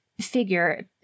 figure